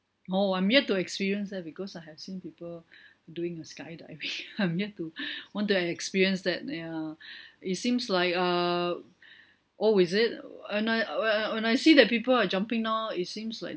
oh I'm yet to experience that because I have seen people doing a skydiving I'm yet to want to experience that ya it seems like err oh is it uh when I when I see that people are jumping down it seems like